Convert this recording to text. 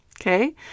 Okay